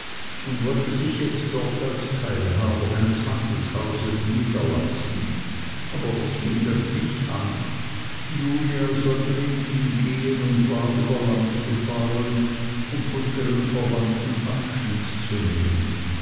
und wollte sich jetzt dort als teilhaber eines handelshauses niederlassen aber was ging das mich an julia sollte mit ihm gehen und war über land gefahren um von ihren verwandten abschied zu nehmen